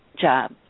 job